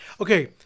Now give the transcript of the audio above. okay